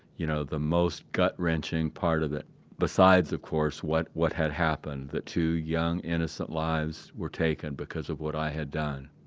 you know, the most gut-wrenching part of it besides, of course, what what had happened. the two young, innocent lives were taken because of what i had done.